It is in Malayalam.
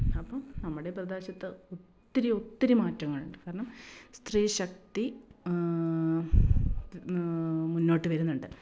അപ്പം നമ്മുടെ ഈ പ്രദേശത്ത് ഒത്തിരി ഒത്തിരി മാറ്റങ്ങളുണ്ട് കാരണം സ്ത്രീ ശക്തി മുന്നോട്ട് വരുന്നുണ്ട്